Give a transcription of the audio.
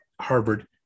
Harvard